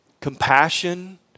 Compassion